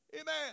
Amen